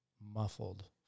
muffled